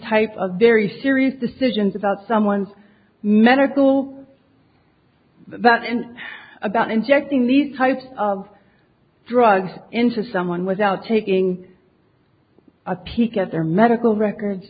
types of very serious decisions about someone's medical that and about injecting these type of drugs into someone without taking a peek at their medical records